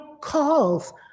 calls